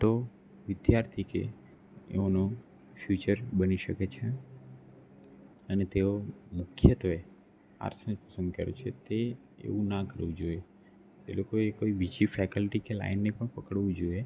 તો વિદ્યાર્થી કે એવોનો ફ્યુચર બની શકે છે અને તેઓ મુખ્યત્વે આર્ટ્સને જ પસંદ કરે છે તે એવું ના કરવું જોઈએ તે લોકોએ કોઈ બીજી ફેકલ્ટી કે લાઇનને પણ પકડવું જોઈએ